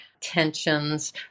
tensions